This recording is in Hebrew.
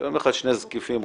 יום אחד שני זקיפים הולכים,